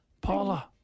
Paula